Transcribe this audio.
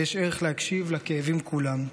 ויש ערך להקשיב לכאבים כולם.